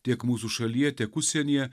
tiek mūsų šalyje tiek užsienyje